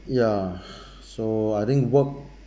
ya so I think work